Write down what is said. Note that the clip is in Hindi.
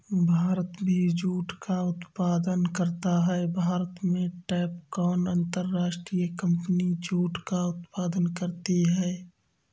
भारत भी जूट का उत्पादन करता है भारत में टैपकॉन अंतरराष्ट्रीय कंपनी जूट का उत्पादन करती है